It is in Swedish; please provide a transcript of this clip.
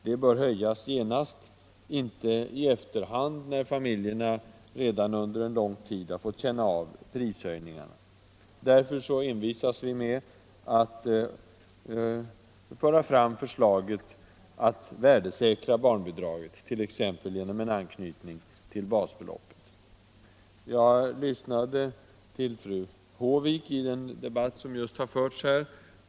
Det bör höjas genast, inte i efterhand, när familjerna redan under en lång tid har fått känna av prishöjningarna. Därför envisas vi med att föra fram förslaget om värdesäkring av barnbidraget, t.ex. genom anknytning till basbeloppet. Jag lyssnade till fru Håvik i den debatt som just har förts här.